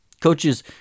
coaches